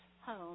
home